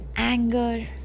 anger